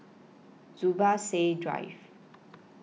Zubir Said Drive